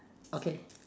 okay